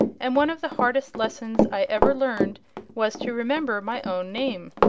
and one of the hardest lessons i ever learned was to remember my own name.